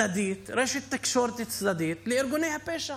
תקשורת צדדית לארגוני הפשע?